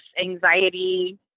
anxiety